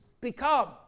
become